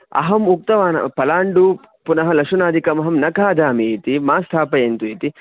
अहम् उक्तवान् पलाण्डुः पुनः लशुनादिकमहं न खादामीति मा स्थापयन्तु इति